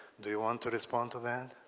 do you want to respond to that?